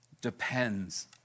depends